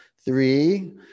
Three